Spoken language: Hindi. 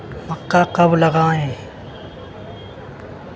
मक्का कब लगाएँ?